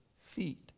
feet